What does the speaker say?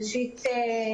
ראשית,